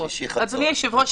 אדוני היושב-ראש.